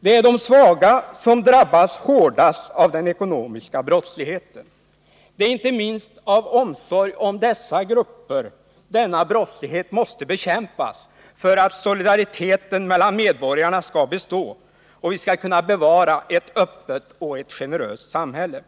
Det är de svaga som drabbas hårdast av den ekonomiska brottsligheten. Det är inte minst av omsorg om dessa grupper som denna brottslighet måste bekämpas, för att solidariteten mellan medborgarna skall bestå och vi skall kunna bevara ett öppet och generöst samhälle.